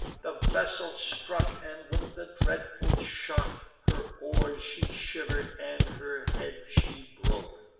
the vessel struck and, with the dreadful shock, her oars she shiver'd, and her head she broke.